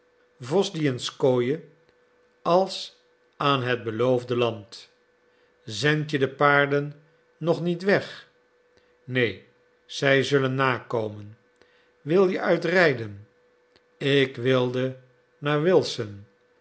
wosdwijenskoje als aan het beloofde land zendt je de paarden nog niet weg neen zij zullen nakomen wil je uitrijden ik wilde naar wilson